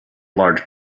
large